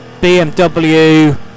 BMW